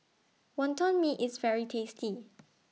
Wonton Mee IS very tasty